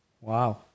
Wow